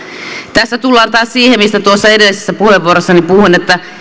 tässä tullaan taas siihen mistä tuossa edellisessä puheenvuorossani puhuin että